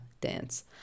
dance